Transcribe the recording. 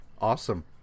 Awesome